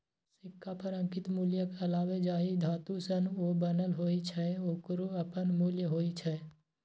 सिक्का पर अंकित मूल्यक अलावे जाहि धातु सं ओ बनल होइ छै, ओकरो अपन मूल्य होइ छै